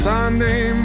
Sunday